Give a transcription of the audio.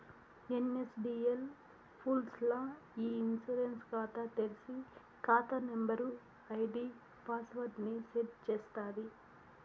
NSDL పూర్స్ ల్ల ఇ ఇన్సూరెన్స్ కాతా తెర్సి, కాతా నంబరు, ఐడీ పాస్వర్డ్ ని సెట్ చేస్తాది